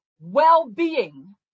well-being